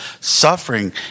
suffering